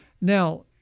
Now